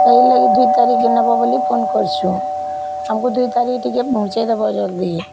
ତାଇ ଲାଗିର୍ ଦୁଇ ତାରିଖ୍ ନେବ ବୋଲି ଫୋନ୍ କର୍ଛୁଁ ଆମ୍କୁ ଦୁଇ ତାରିଖ୍ ଟିକେ ପୁହଞ୍ଚେଇ ଦେବ ଜଲ୍ଦି